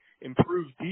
improved